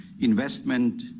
investment